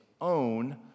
own